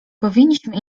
powinniśmy